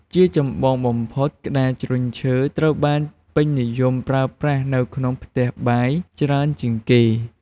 ជាចម្បងបំផុត ក្ដារជ្រញ់ឈើត្រូវបានពេញនិយមប្រើប្រាស់នៅក្នុងផ្ទះបាយច្រើនជាងគេ។